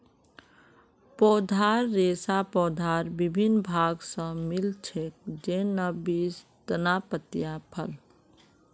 पौधार रेशा पौधार विभिन्न भाग स मिल छेक, जैन न बीज, तना, पत्तियाँ, फल